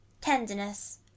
tenderness